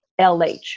LH